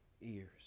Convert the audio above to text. ears